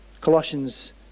Colossians